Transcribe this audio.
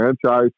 franchise